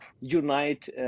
unite